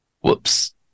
whoops